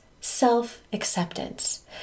self-acceptance